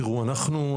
תראו אנחנו,